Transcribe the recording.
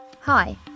Hi